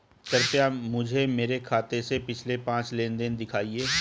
कृपया मुझे मेरे खाते से पिछले पांच लेनदेन दिखाएं